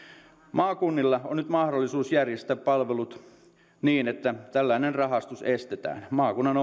maakunnilla on nyt mahdollisuus järjestää palvelut niin että tällainen rahastus estetään maakunnan